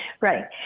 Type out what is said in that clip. right